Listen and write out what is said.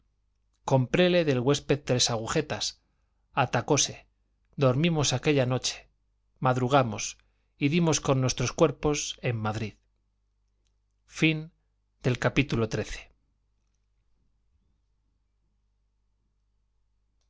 compréle del huésped tres agujetas atacóse dormimos aquella noche madrugamos y dimos con nuestros cuerpos en madrid libro tercero capítulo